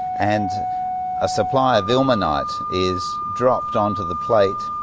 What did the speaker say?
and a supply of ilmenite is dropped onto the plate,